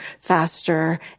faster